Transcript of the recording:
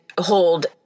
hold